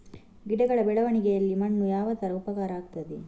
ಗಿಡಗಳ ಬೆಳವಣಿಗೆಯಲ್ಲಿ ಮಣ್ಣು ಯಾವ ತರ ಉಪಕಾರ ಆಗ್ತದೆ?